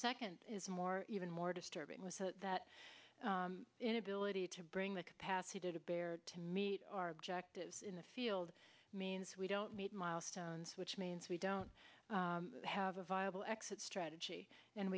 second is more even more disturbing with that inability to bring the capacity to bear to meet our objectives in the field means we don't meet milestones which means we don't have a viable exit strategy and